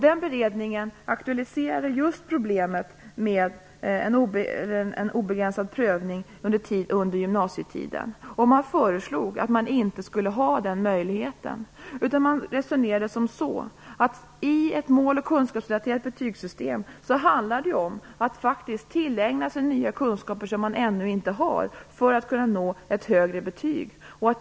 Den beredningen aktualiserade just problemet med en obegränsad prövning under gymnasietiden. Man föreslog att den möjligheten inte skulle finnas. Man resonerade så att det i ett mål och kunskapsrelaterat betygssystem handlar om att tillägna sig nya kunskaper, som man ännu inte har, för att kunna få ett högre betyg.